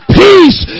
peace